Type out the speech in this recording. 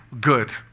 good